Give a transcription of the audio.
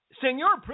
Senor